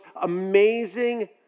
amazing